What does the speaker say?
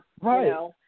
Right